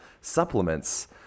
supplements